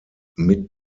mit